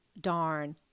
darn